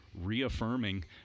Reaffirming